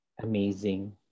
amazing